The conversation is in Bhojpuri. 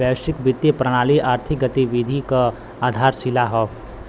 वैश्विक वित्तीय प्रणाली आर्थिक गतिविधि क आधारशिला हौ